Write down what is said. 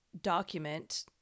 document